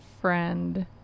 friend